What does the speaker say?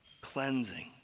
cleansing